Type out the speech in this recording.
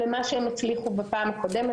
למה שהם הצליחו בפעם הקודמת,